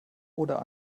oder